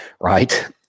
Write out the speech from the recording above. right